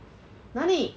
哪里